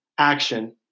action